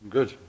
Good